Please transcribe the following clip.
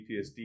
PTSD